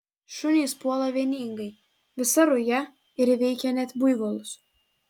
šunys puola vieningai visa ruja ir įveikia net buivolus